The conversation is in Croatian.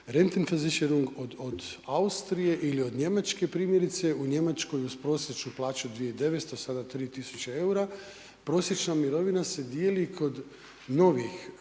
ne razumije./... od Austrije ili od Njemačke primjerice u Njemačkoj uz prosječnu plaću 2900, sada 3 tisuće eura prosječna mirovina se dijeli kod novih